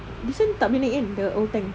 this [one] tak boleh naik kan the hutan